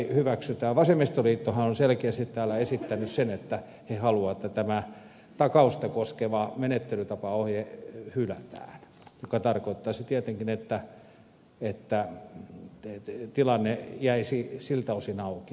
vasemmistoliittohan on selkeästi täällä esittänyt sen että he haluavat että tämä takausta koskeva menettelytapaohje hylätään mikä tarkoittaisi tietenkin että tilanne jäisi siltä osin auki